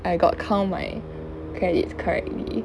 I got count my credits correctly and um